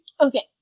Okay